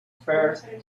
first